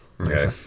Okay